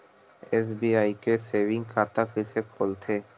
SBI के saving खाता कइसे खोलथे?